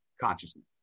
consciousness